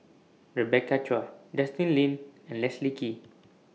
Rebecca Chua Justin Lean and Leslie Kee